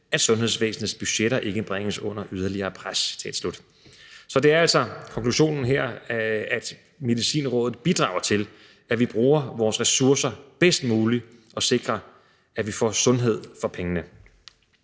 at sundhedsvæsenets budgetter ikke bringes under yderligere pres.« Så det er altså konklusionen her, at Medicinrådet bidrager til, at vi bruger vores ressourcer bedst muligt og sikrer, at vi får sundhed for pengene.